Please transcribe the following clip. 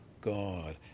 God